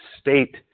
state